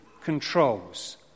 controls